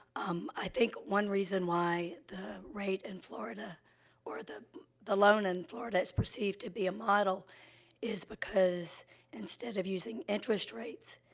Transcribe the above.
um, i think one reason why the rate in florida or the the loan in florida is perceived to be a model is because instead of using interest rates,